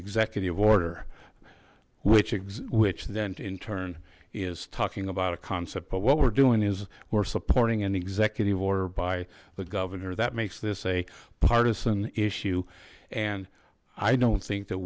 executive order which is which then in turn is talking about a concept but what we're doing is we're supporting an executive order by the governor that makes this a partisan issue and i don't think that